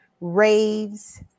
Raves